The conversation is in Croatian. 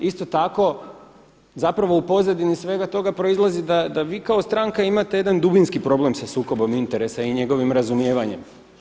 A isto tako zapravo u pozadini svega toga proizlazi da vi kao stranka imate jedan dubinski problem sa sukobom interesa i njegovim razumijevanjem.